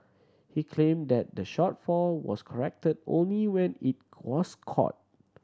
he claimed that the shortfall was corrected only when it was caught